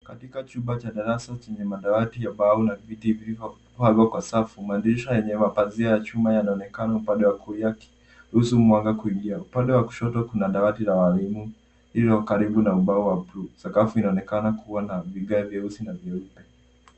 Katika chumba cha darasa chenye madawati ya mbao na viti vilivyopangwa kwa safu, madirisha yenye mapazia ya chuma yanaonekana upande wa kulia yakiruhusu mwanga kuingia. Upande wa kushoto kuna dawati la waalimu, ili wako karibu na ubao wa bluu. Sakafu inaonekana kuwa na vigae vyeusi na vyeupe.